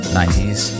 90s